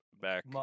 back